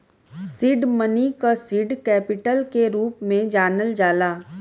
seed money क seed capital के रूप में जानल जाला